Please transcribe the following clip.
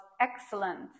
excellent